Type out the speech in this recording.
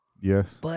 Yes